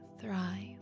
thrive